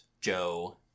Joe